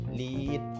lead